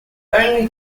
only